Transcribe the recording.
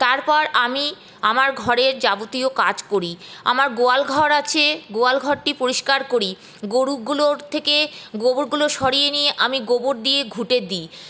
তারপর আমি আমার ঘরের যাবতীয় কাজ করি আমার গোয়াল ঘর আছে গোয়াল ঘরটি পরিষ্কার করি গরুগুলোর থেকে গোবরগুলো সরিয়ে নিয়ে আমি গোবর দিয়ে ঘুটে দিই